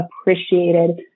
appreciated